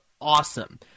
awesome